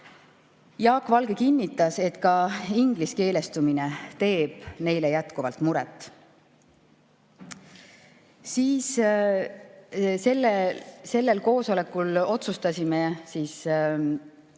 Jaak Valge kinnitas, et ka ingliskeelestumine teeb neile jätkuvalt muret. Sellel koosolekul otsustasime küsida